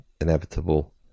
inevitable